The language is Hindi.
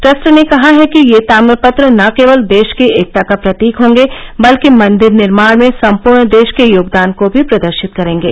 ट्रस्ट ने कहा है कि ये ताम्रपत्र न केवल देश की एकता का प्रतीक होंगे बल्कि मंदिर निर्माण में सम्पूर्ण देश के योगदान को भी प्रदर्शित करेंगे